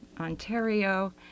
Ontario